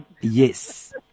Yes